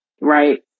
right